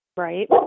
Right